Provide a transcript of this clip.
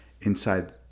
inside